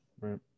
Right